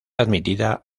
admitida